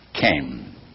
came